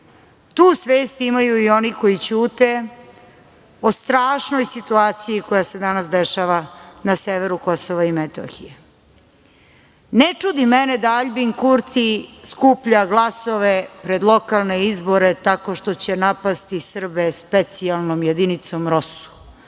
Tu svest imaju i oni koji ćute o strašnoj situaciji koja se danas dešava na severu Kosova i Metohije. Ne čudi mene da Aljbin Kurti skuplja glasove pre lokalne izbore, tako što će napasti Srbe specijalnom jedinicom ROSU.